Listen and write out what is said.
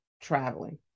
traveling